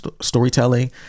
storytelling